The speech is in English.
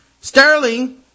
Sterling